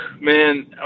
man